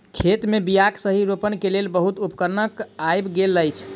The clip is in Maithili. खेत मे बीयाक सही रोपण के लेल बहुत उपकरण आइब गेल अछि